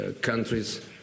countries